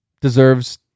deserves